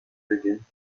beginnen